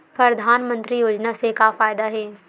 परधानमंतरी योजना से का फ़ायदा हे?